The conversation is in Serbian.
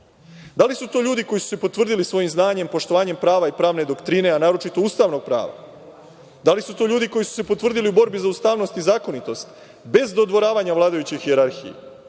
Da li su to ljudi koji su se potvrdili svojim znanjem, poštovanjem prava i pravne doktrine, a naročito ustavnog prava? Da li su to ljudi koji su se potvrdili u borbi za ustavnost i zakonitost, bez dodvoravanja vladajućoj hijerarhiji,